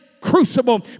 Crucible